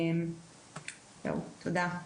זהו, תודה.